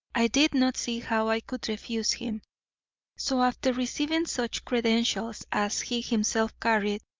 i did not see how i could refuse him so after receiving such credentials as he himself carried,